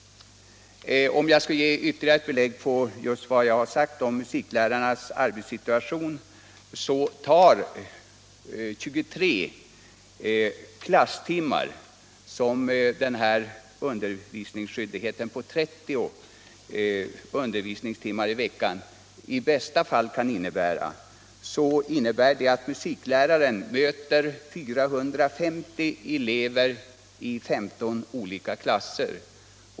Om jag skall ge ytterligare belägg för musiklärarnas arbetssituation vill jag ta exemplet att av musiklärarnas undervisningsskyldighet på 30 undervisningstimmar i veckan kan 23 klasstimmar innebära att musikläraren möter 450 elever i 15 olika klasser.